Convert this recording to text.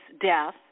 death